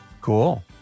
Cool